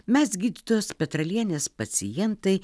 mes gydytojos petralienės pacientai